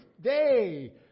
day